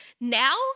Now